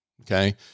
Okay